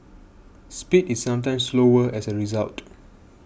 speed is sometimes slower as a result